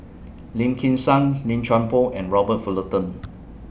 Lim Kim San Lim Chuan Poh and Robert Fullerton